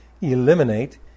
eliminate